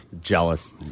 jealous